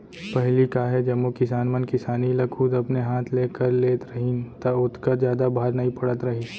पहिली का हे जम्मो किसान मन किसानी ल खुद अपने हाथ ले कर लेत रहिन त ओतका जादा भार नइ पड़त रहिस